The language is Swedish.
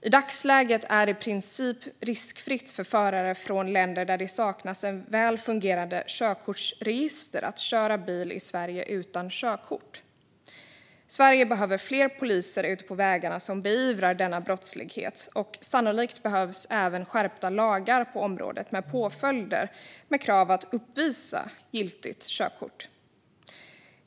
I dagsläget är det i princip riskfritt för förare från länder som saknar ett väl fungerande körkortsregister att köra bil i Sverige utan körkort. Sverige behöver fler poliser ute på vägarna som beivrar denna brottslighet. Sannolikt behövs även skärpta lagar på området och påföljder med krav på att uppvisa giltigt körkort.